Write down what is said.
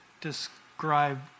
describe